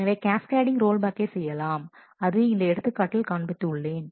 எனவே cascading ரோல் பேக்கை செய்யலாம் அது இந்த எடுத்துக்காட்டில் காண்பித்து உள்ளேன்